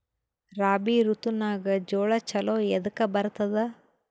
ರಾಬಿ ಋತುನಾಗ್ ಜೋಳ ಚಲೋ ಎದಕ ಬರತದ?